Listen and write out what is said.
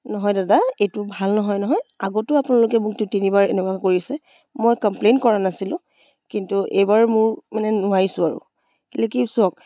নহয় দাদা এইটো ভাল নহয় নহয় আগতেও আপোনালোকে মোক দুই তিনিবাৰ এনেকুৱা কৰিছে মই কম্প্লেইণ্ট কৰা নাছিলোঁ কিন্তু এইবাৰ মোৰ মানে নোৱাৰিছোঁ আৰু চাওক